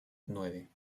nueve